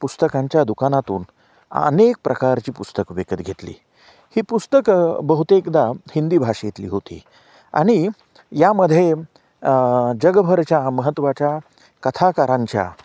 पुस्तकांच्या दुकानातून अनेक प्रकारची पुस्तक विकत घेतली ही पुस्तक बहुतेकदा हिंदी भाषेतली होती आणि यामध्ये जगभरच्या महत्त्वाच्या कथाकारांच्या